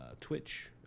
Twitch